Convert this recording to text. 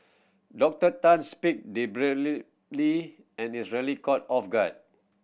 Doctor Tan speak and rarely caught off guard